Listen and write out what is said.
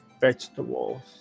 vegetables